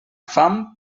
fam